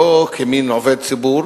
לא כמין עובד ציבור.